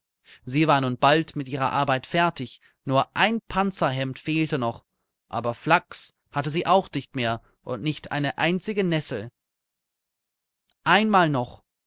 sie war nun bald mit ihrer arbeit fertig nur ein panzerhemd fehlte noch aber flachs hatte sie auch nicht mehr und nicht eine einzige nessel einmal noch